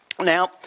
Now